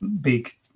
big